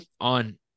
on